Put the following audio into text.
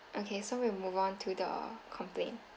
okay so we'll move on to the complaint